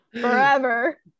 forever